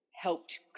helped